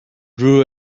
drew